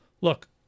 look